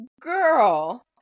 Girl